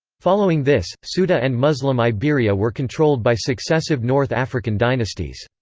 following this, so ceuta and muslim iberia were controlled by successive north african dynasties.